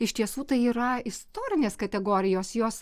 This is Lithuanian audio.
iš tiesų tai yra istorinės kategorijos jos